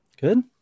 Good